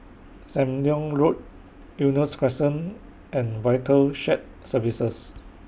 SAM Leong Road Eunos Crescent and Vital Shared Services